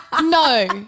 no